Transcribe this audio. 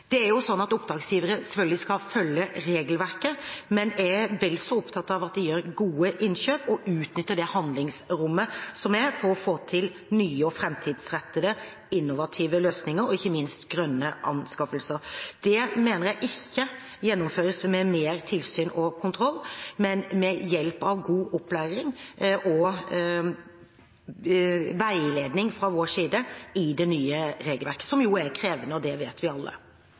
Oppdragsgivere skal selvfølgelig følge regelverket, men jeg er vel så opptatt av at de gjør gode innkjøp og utnytter det handlingsrommet som er, for å få til nye og framtidsrettede innovative løsninger og ikke minst grønne anskaffelser. Det mener jeg ikke gjennomføres med mer tilsyn og kontroll, men med hjelp av god opplæring og veiledning fra vår side i det nye regelverket, som jo er krevende, og det vet vi alle.